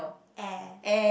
air